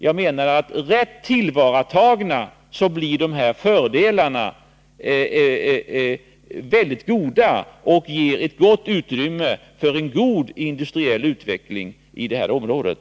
Jag menar att rätt tillvaratagna blir de här fördelarna stora och ger ett gott utrymme för en god industriell utveckling i området.